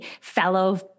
fellow